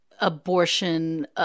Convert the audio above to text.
abortion